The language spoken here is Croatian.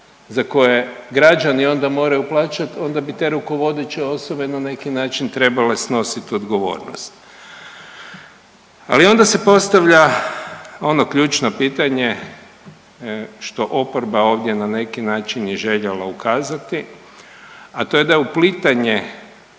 za koje građani onda moraju plaćati onda bi te rukovodeće osobe na neki način trebale snositi odgovornost. Ali onda se postavlja ono ključno pitanje što oporba ovdje na neki način je željela ukazati, a to je da uplitanje